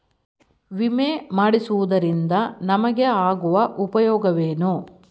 ವಿಮೆ ಮಾಡಿಸುವುದರಿಂದ ನಮಗೆ ಆಗುವ ಉಪಯೋಗವೇನು?